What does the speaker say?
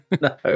No